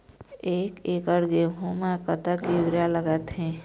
एक एकड़ गेहूं म कतक यूरिया लागथे?